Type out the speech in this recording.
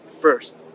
first